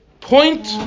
point